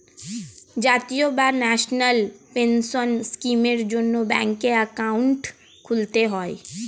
জাতীয় বা national pension স্কিমের জন্যে ব্যাঙ্কে অ্যাকাউন্ট খুলতে হয়